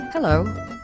Hello